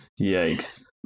yikes